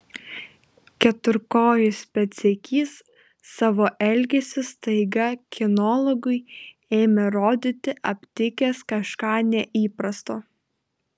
keturkojis pėdsekys savo elgesiu staiga kinologui ėmė rodyti aptikęs kažką neįprasto